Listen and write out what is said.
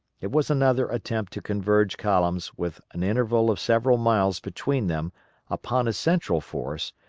it was another attempt to converge columns with an interval of several miles between them upon a central force,